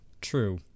true